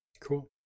Cool